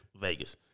Vegas